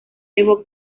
evo